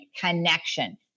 connection